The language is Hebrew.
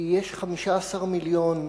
כי יש 15 מיליון,